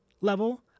level